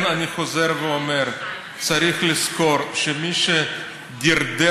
יש שר השרים.